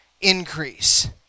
increase